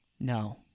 No